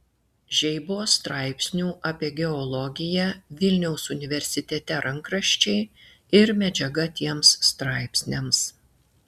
žeibos straipsnių apie geologiją vilniaus universitete rankraščiai ir medžiaga tiems straipsniams